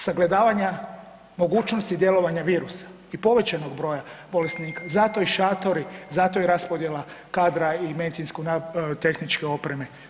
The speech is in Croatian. Sagledavanja mogućnosti djelovanja virusa i povećanog broja bolesnika zato i šatori, zato i raspodjela kadra i medicinsko-tehničke opreme.